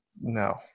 No